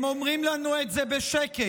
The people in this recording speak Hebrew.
הם אומרים לנו את זה בשקט,